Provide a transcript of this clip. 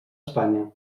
espanya